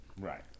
Right